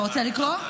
אתה רוצה לקרוא,